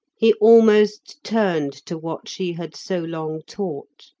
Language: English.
he almost turned to what she had so long taught.